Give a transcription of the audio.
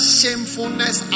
shamefulness